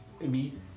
meet